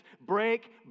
Break